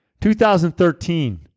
2013